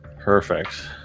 Perfect